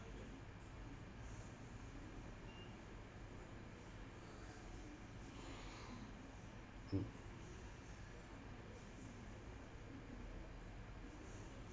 mm